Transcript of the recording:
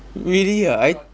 really ha I